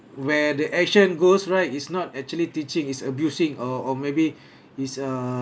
where the action goes right is not actually teaching is abusing or or maybe is a